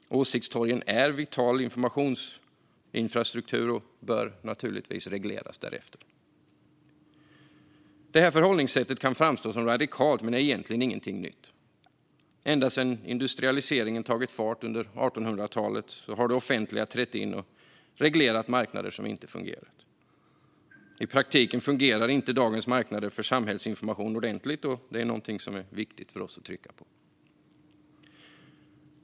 Åsiktstorgen är vital informationsinfrastruktur och bör regleras därefter. Det här förhållningssättet kan framstå som radikalt, men det är egentligen ingenting nytt. Ända sedan industrialiseringen tog fart under 1800-talet har det offentliga trätt in och reglerat marknader som inte har fungerat. I praktiken fungerar inte dagens marknader för samhällsinformation ordentligt. Det är något som är viktigt att trycka på. Fru talman!